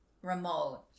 remote